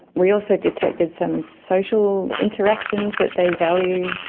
we also detected some social interactions that they value,